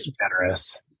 generous